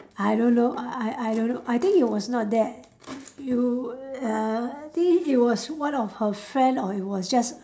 I don't know err I I don't know I think you was not there you uh I think it was one of her friend or it was just